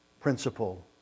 principle